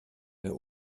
der